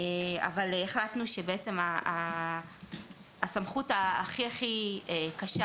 אבל החלטנו שבעצם הסמכות הכי-הכי קשה